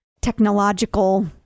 technological